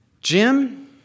Jim